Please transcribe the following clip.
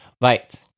Right